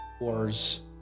wars